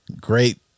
great